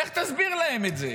איך תסביר להם את זה?